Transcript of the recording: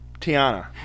Tiana